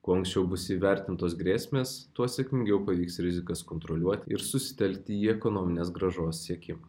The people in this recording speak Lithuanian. kuo anksčiau bus įvertintos grėsmės tuo sėkmingiau pavyks rizikas kontroliuoti ir susitelkti į ekonominės grąžos siekimą